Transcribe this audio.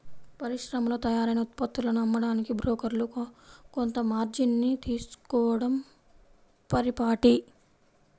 పరిశ్రమల్లో తయారైన ఉత్పత్తులను అమ్మడానికి బ్రోకర్లు కొంత మార్జిన్ ని తీసుకోడం పరిపాటి